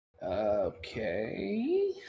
Okay